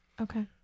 Okay